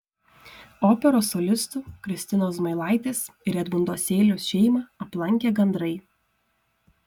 operos solistų kristinos zmailaitės ir edmundo seiliaus šeimą aplankė gandrai